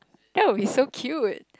that would be so cute